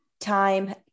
time